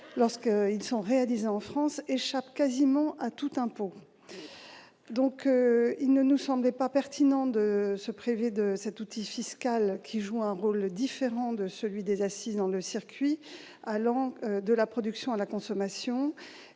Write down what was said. lorsqu'ils sont réalisés en France, échappent quasiment à tout impôt. Dès lors, il ne nous semblait pas pertinent de nous priver de cet outil fiscal qui joue un rôle différent de celui des accises dans le circuit allant de la production à la consommation.